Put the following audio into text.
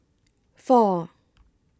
four